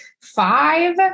five